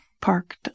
parked